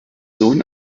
sohn